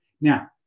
Now